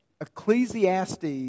Ecclesiastes